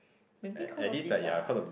maybe cause of this ah